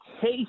case